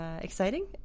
exciting